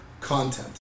content